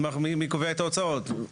מי קובע את ההוצאות?